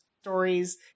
stories